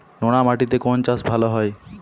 নোনা মাটিতে কোন চাষ ভালো হয়?